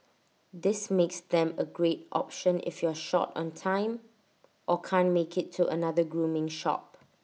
this makes them A great option if you're short on time or can't make IT to another grooming shop